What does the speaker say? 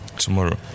tomorrow